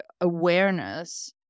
awareness